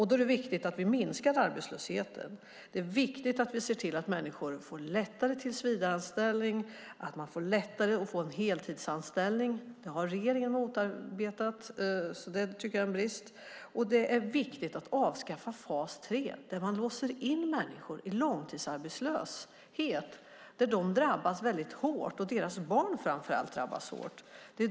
Det är viktigt att minska arbetslösheten och se till att människor lättare får tillsvidareanställning och heltidsanställning. Detta har regeringen motarbetat, vilket är en brist. Det är också viktigt att avskaffa fas 3 där man låser in människor i långtidsarbetslöshet. De och framför allt deras barn drabbas hårt.